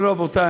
רבותי,